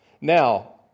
Now